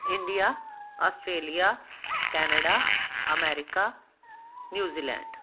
India Australia Canada America New Zealand